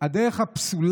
או מישהו.